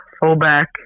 fullback